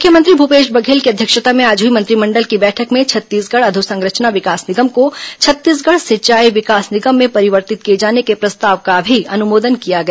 मुख्यमंत्री भूपेश बधेल की अध्यक्षता में आज हुई मंत्रिमंडल की बैठक में छत्तीसगढ़ अधोसंरचना विकास निगम को छत्तीसगढ़ सिंचाई विकास निगम में परिवर्तित किए जाने के प्रस्ताव का भी अनुमोदन किया गया